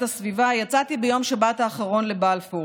הסביבה יצאתי ביום שבת האחרון לבלפור,